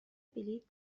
بلیط